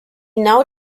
now